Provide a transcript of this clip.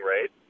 rate